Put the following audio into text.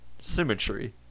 symmetry